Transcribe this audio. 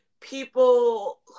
people